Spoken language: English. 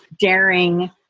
daring